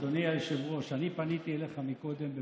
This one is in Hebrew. אדוני היושב-ראש, אני פניתי אליך קודם בבקשה: